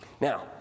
Now